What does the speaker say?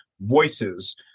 voices